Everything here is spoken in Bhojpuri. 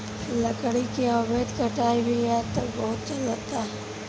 लकड़ी के अवैध कटाई भी आजकल बहुत चलता